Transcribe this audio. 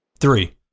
Three